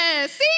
Yes